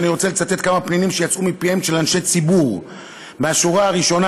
אני רוצה לצטט כמה פנינים שיצאו מפיהם של אנשי ציבור מהשורה הראשונה,